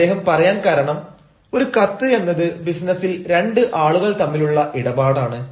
അദ്ദേഹം പറയാൻ കാരണം ഒരു കത്ത് എന്നത് ബിസിനസിൽ രണ്ട് ആളുകൾ തമ്മിലുള്ള ഇടപാടാണ്